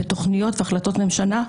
בתוכניות והחלטות ממשלה,